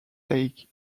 sake